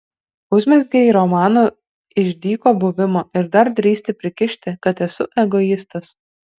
užmezgei romaną iš dyko buvimo ir dar drįsti prikišti kad esu egoistas